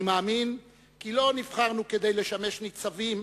אני מאמין כי לא נבחרנו כדי לשמש ניצבים,